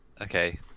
okay